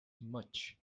much